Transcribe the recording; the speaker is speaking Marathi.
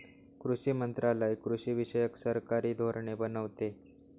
कृषी मंत्रालय कृषीविषयक सरकारी धोरणे बनवते